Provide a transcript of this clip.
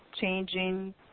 changing